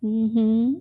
mmhmm